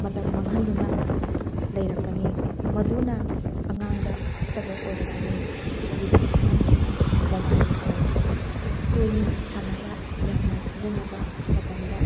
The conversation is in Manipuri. ꯃꯇꯝ ꯃꯥꯡꯍꯟꯗꯨꯅ ꯂꯩꯔꯛꯀꯅꯤ ꯃꯗꯨꯅ ꯑꯉꯥꯡꯗ ꯐꯠꯇꯕ ꯑꯣꯏꯔꯛꯀꯅꯤ ꯄꯤꯛꯂꯤꯕ ꯑꯉꯥꯡꯁꯤꯅ ꯃꯣꯕꯥꯏꯜ ꯐꯣꯜ ꯇꯣꯏꯅ ꯁꯥꯟꯅꯕ ꯌꯥꯝꯅ ꯁꯤꯖꯤꯟꯅꯕ ꯃꯇꯝꯗ